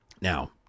Now